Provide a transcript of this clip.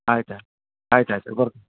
ಆಯ್ತೇಳಿ ಆಯ್ತು ಆಯ್ತ್ರಿ ಬರ್ತೆ